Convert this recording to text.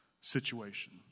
situation